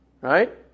Right